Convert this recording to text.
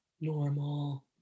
normal